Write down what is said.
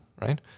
right